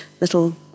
little